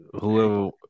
whoever